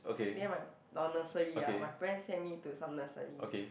then my when I was nursery ah my parents send me to some nursery